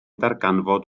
darganfod